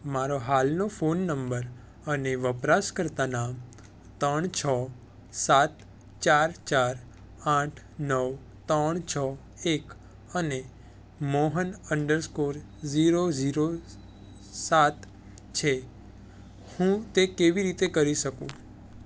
મારો હાલનો phone number અને વપરાશકર્તા નામ ત્રણ છ સાત ચાર ચાર આઠ નવ ત્રણ છ એક અને મોહન અંડરસ્કોર શૂન્ય શૂન્ય સાત છે હું તે કેવી રીતે કરી શકું